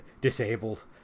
disabled